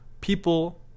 people